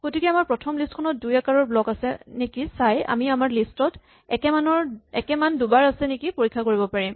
গতিকে প্ৰথমে আমাৰ লিষ্ট খনত দুই আকাৰৰ ব্লক আছে নেকি চাই আমি আমাৰ লিষ্ট ত একে মান দুবাৰ আছে নেকি পৰীক্ষা কৰিব পাৰিম